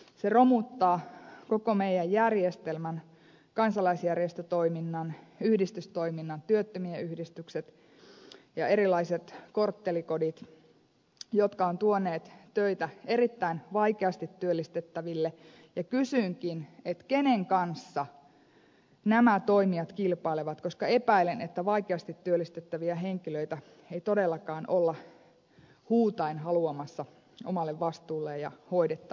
se romuttaa koko meidän järjestelmämme kansalaisjärjestötoiminnan yhdistystoiminnan työttömien yhdistykset ja erilaiset korttelikodit jotka ovat tuoneet töitä erittäin vaikeasti työllistettäville ja kysynkin kenen kanssa nämä toimijat kilpailevat koska epäilen että vaikeasti työllistettäviä henkilöitä ei todellakaan olla huutaen haluamassa omalle vastuulle ja hoidettavaksi